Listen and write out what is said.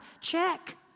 Check